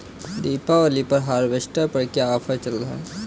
दीपावली पर हार्वेस्टर पर क्या ऑफर चल रहा है?